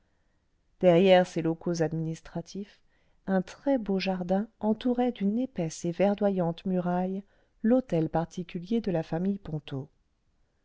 derrière ces locaux administratifs un très beau jardin entourait d'une épaisse et verdoyante muraille l'hôtel particulier de la famille ponto